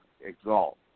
exalt